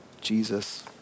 Jesus